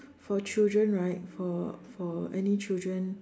for children right for for any children